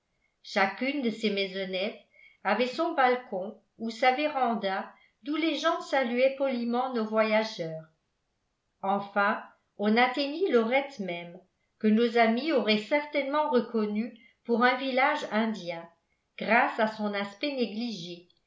chacune de ces maisonnettes avait son balcon ou sa véranda d'où les gens saluaient poliment nos voyageurs enfin on atteignit lorette même que nos amis auraient certainement reconnu pour un village indien grâce à son aspect négligé